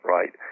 Right